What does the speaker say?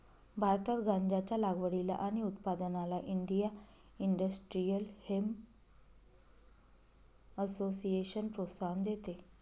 भारतात गांज्याच्या लागवडीला आणि उत्पादनाला इंडिया इंडस्ट्रियल हेम्प असोसिएशन प्रोत्साहन देते